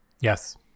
Yes